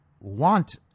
want